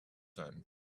cent